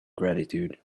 gratitude